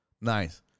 Nice